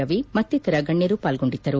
ರವಿ ಮತ್ತಿತರ ಗಣ್ಯರು ಪಾಲ್ಗೊಂಡಿದ್ದರು